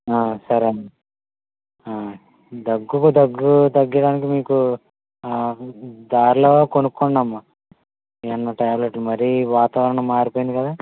సరే అమ్మా దగ్గుకి దగ్గు తగ్గడానికి మీకు దారిలో కొనుక్కోండి అమ్మా ఏమైనా టాబ్లెట్ మరి వాతావరణం మారిపోయింది కదా